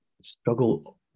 struggle